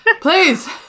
Please